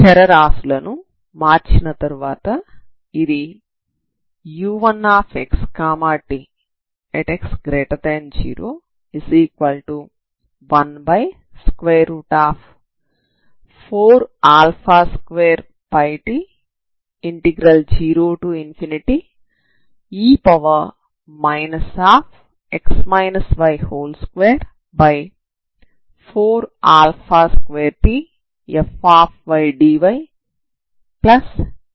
చరరాశులను మార్చిన తర్వాత ఇది u1xt|x014α2πt0e 242tfdy ∞0e xy242tfdy అవుతుంది